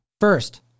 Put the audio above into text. First